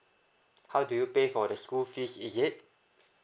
how do you pay for the school fees is it